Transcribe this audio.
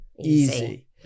easy